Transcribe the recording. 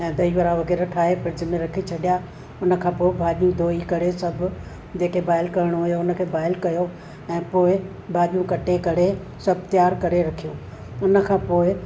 ऐं दही वड़ा वग़ैरह ठाहे फ्रिज में रखी छॾिया उन खां पोइ भाॼियूं धोई करे सभु जेके बॉइल करणो हुयो उनखे बॉइल कयो ऐं पोइ भाॼियूं कटे करे सभु तयारु करे रखियूं उनखां पोइ